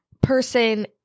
person